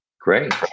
Great